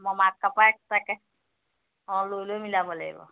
মামাকৰ পৰা এক্সট্ৰাকে অঁ লৈ লৈ মিলাব লাগিব